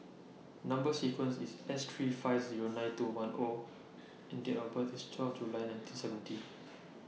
Number sequence IS S three five Zero nine two one O and Date of birth IS twelve July nineteen seventy